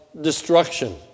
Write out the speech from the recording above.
destruction